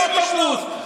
באוטובוס,